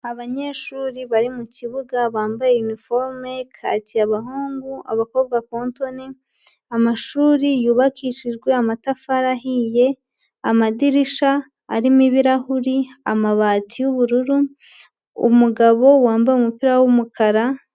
Abanyeshuri bari mu kibuga bambaye iniforume kaki abahungu, abakobwa kontoni, amashuri yubakishijwe amatafari ahiye, amadirisha arimo ibirahuri, amabati y'ubururu, umugabo wambaye umupira w'umukara.